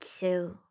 Two